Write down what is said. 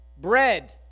bread